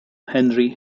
henry